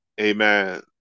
Amen